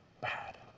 bad